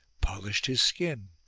polished his skin,